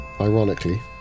Ironically